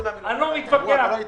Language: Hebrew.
מיכל, יישר כוח על המקום שהגענו אליו.